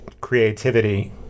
creativity